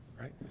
right